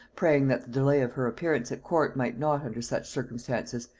praying that the delay of her appearance at court might not, under such circumstances,